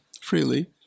freely